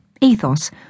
ethos